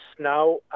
now